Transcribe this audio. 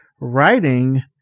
writing